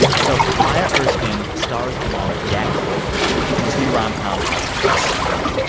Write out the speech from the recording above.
so maya erskine stars along jack quaid in this new rom-com called plus one.